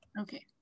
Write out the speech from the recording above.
okay